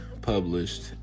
published